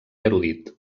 erudit